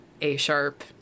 A-sharp